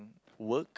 work